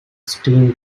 steam